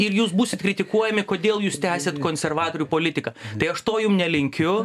ir jūs būsit kritikuojami kodėl jūs tęsiat konservatorių politiką tai aš to jum nelinkiu